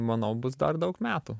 manau bus dar daug metų